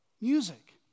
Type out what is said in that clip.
music